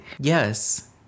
Yes